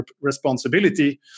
responsibility